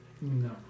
No